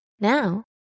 Now